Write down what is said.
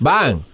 Bang